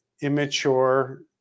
immature